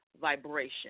vibration